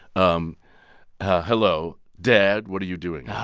um hello, dad. what are you doing?